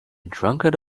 drunkard